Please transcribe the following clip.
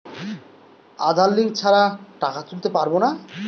আধার link ছাড়া টাকা তুলতে পারব না?